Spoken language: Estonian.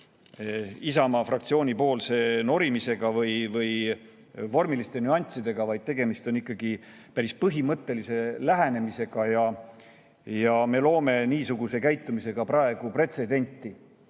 Isamaa fraktsiooni poolse norimisega või vormiliste nüanssidega, vaid tegemist on ikkagi päris põhimõttelise lähenemisega ja me loome niisuguse käitumisega selle eelnõu